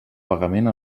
pagament